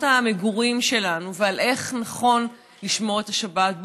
המגורים שלנו ועל איך נכון לשמור את השבת.